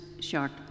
short